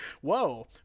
Whoa